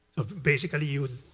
basically, you